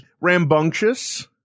rambunctious